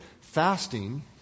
Fasting